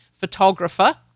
photographer